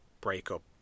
breakup